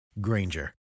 Granger